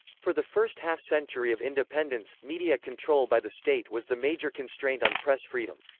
for the first half-century of independence, media control by the state was the major constraint on press freedom.